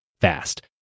fast